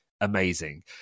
amazing